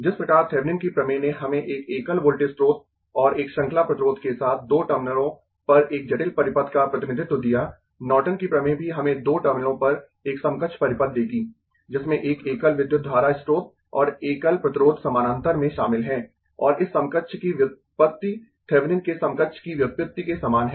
जिस प्रकार थेविनिन की प्रमेय ने हमें एक एकल वोल्टेज स्रोत और एक श्रृंखला प्रतिरोध के साथ दो टर्मिनलों पर एक जटिल परिपथ का प्रतिनिधित्व दिया नॉर्टन की प्रमेय भी हमें दो टर्मिनलों पर एक समकक्ष परिपथ देगी जिसमें एक एकल विद्युत धारा स्रोत और एकल प्रतिरोध समानांतर में शामिल है और इस समकक्ष की व्युत्पत्ति थेविनिन के समकक्ष की व्युत्पत्ति के समान है